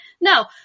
No